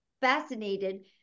fascinated